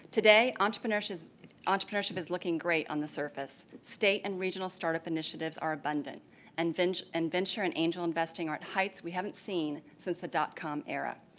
today, entrepreneurship is entrepreneurship is looking great on the surface. state and regional startup initiatives are abundant and venture and venture and angel investing are at heights we haven't seen since the dot com era.